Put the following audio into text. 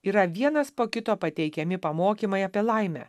yra vienas po kito pateikiami pamokymai apie laimę